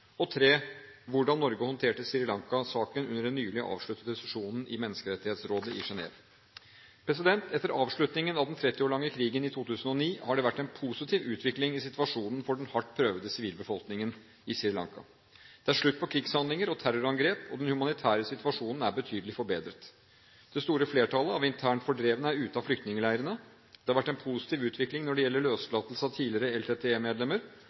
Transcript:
Hvordan Norge håndterte Sri Lanka-saken under den nylig avsluttede sesjonen i Menneskerettighetsrådet i Genève. Etter avslutningen av den 30 år lange krigen i 2009 har det vært en positiv utvikling i situasjonen for den hardt prøvede sivilbefolkningen på Sri Lanka. Det er slutt på krigshandlinger og terrorangrep, og den humanitære situasjonen er betydelig forbedret. Det store flertallet av internt fordrevne er ute av flyktningleirene. Det har vært en positiv utvikling når det gjelder løslatelse av tidligere